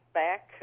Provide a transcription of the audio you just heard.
back